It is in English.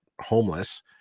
homeless